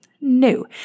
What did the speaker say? No